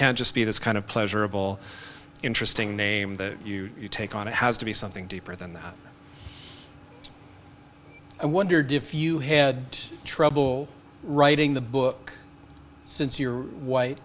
can't just be this kind of pleasurable interesting name that you take on it has to be something deeper than that i wondered if you had trouble writing the book since you're white